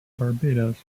barbados